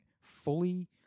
fully